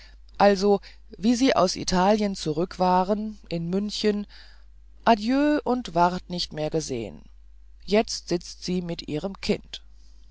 also wie sie aus italien zurück waren in münchen adieu und ward nicht mehr gesehen jetzt sitzt sie mit ihrem kind